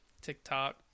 TikTok